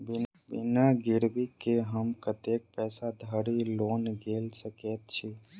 बिना गिरबी केँ हम कतेक पैसा धरि लोन गेल सकैत छी?